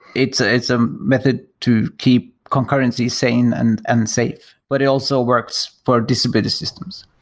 it's ah it's a method to keep concurrencies sane and and safe. but it also works for distributed systems.